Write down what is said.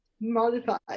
modified